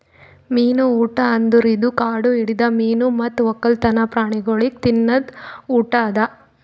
ಮೀನು ಊಟ ಅಂದುರ್ ಇದು ಕಾಡು ಹಿಡಿದ ಮೀನು ಮತ್ತ್ ಒಕ್ಕಲ್ತನ ಪ್ರಾಣಿಗೊಳಿಗ್ ತಿನದ್ ಊಟ ಅದಾ